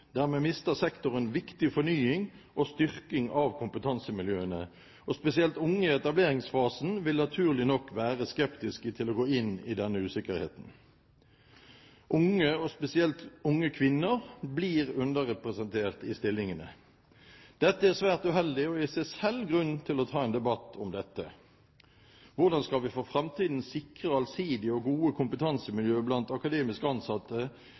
Dermed mister sektoren viktig fornying og styrking av kompetansemiljøene, og spesielt unge i etableringsfasen vil naturlig nok være skeptiske til å gå inn i denne usikkerheten. Unge, og spesielt unge kvinner, blir underrepresentert i stillingene. Dette er svært uheldig og er i seg selv grunn til å ta en debatt om dette. Hvordan skal vi for framtiden sikre allsidige og gode kompetansemiljø blant akademisk ansatte